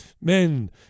men